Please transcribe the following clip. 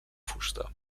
fusta